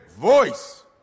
voice